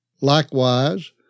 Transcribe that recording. Likewise